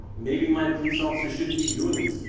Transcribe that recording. maybe my police officers shouldn't be doing this.